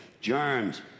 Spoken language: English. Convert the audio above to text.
germs